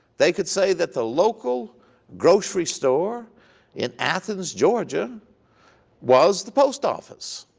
they could say that the local grocery store in athens georgia was the post office